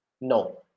No